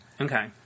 Okay